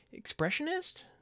expressionist